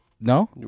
No